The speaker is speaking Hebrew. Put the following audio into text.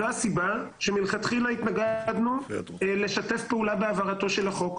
זאת הסיבה לכך שמלכתחילה התנגדנו לשתף פעולה בהעברתו של החוק,